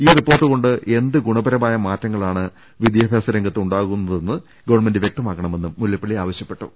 ഈ റിപ്പോർട്ട് കൊണ്ട് എന്ത് ഗുണപരമായ മാറ്റങ്ങളാണ് വിദ്യാഭ്യാസ രംഗത്ത് ഉണ്ടാ കുന്നതെന്ന് ഗവൺമെന്റ് വ്യക്തമാക്കണമെന്നും മുല്ലപ്പള്ളി ആവശ്യ പ്പെട്ടു